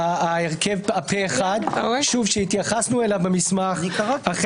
הרכב פה אחד הוא דבר חריג, והוא מעורר הרבה בעיות.